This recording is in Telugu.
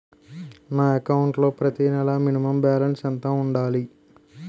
నా అకౌంట్ లో ప్రతి నెల మినిమం బాలన్స్ ఎంత ఉండాలి?